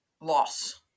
loss